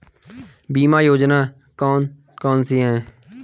बीमा योजना कौन कौनसी हैं?